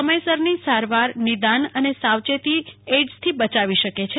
સમયસર ની સારવાર નિદાન અને સાવચેતી એઈડ્સથી બચાવી શકે છે